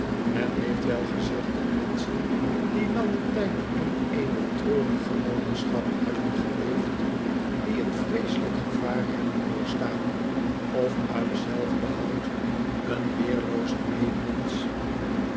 men heeft wel gezegd dat menschen die langen tijd in eene treunge ballingschap hebben geleefd die een vreeselijk gevaar hebben doorgestaan of uit zelfbehoud een weerloozen